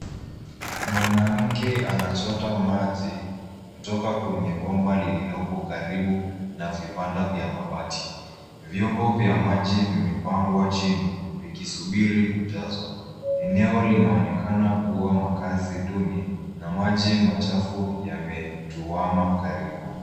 Mwanamke anachota maji kutoka kwenye bomba lililopo karibu na vibanda vya mabati. Vyombo vya maji vimepangwa chini vikisubiri kujazwa. Eneo linaonekana kuwa makazi duni na maji machafu yametuama karibu.